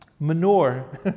Manure